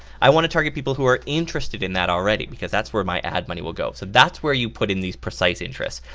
i wanna target people who are interested in that already, because that's where my ad money will go. so that's where you put in these precise interests.